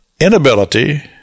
inability